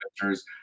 pictures